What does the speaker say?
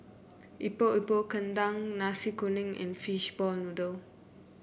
Epok Epok Kentang Nasi Kuning and Fishball Noodle